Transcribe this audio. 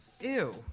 ew